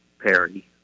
Perry